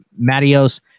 Matios